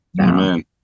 Amen